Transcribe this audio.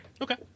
Okay